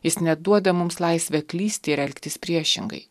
jis net duoda mums laisvę klysti ir elgtis priešingai